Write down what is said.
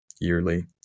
yearly